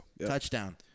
touchdown